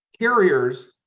Carriers